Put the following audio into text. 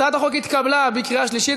הצעת החוק התקבלה בקריאה שלישית,